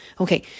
Okay